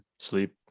Sleep